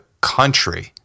country